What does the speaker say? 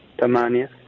tamania